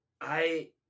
I-